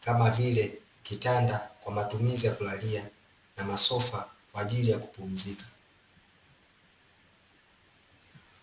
kama vile kitanda, kwa matumizi ya kulalia, na masofa kwajili ya kupumzika.